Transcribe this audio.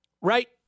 Right